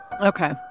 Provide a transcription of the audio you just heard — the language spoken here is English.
Okay